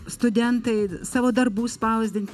studentai savo darbų spausdint